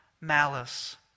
malice